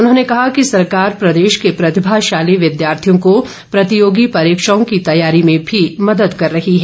उन्होंने कहा कि सरकार प्रदेश के प्रतिभाशाली विद्यार्थियों को प्रतियोगी परीक्षाओं की तैयारी में भी मदद कर रही है